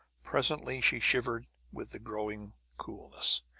presently she shivered with the growing coolness,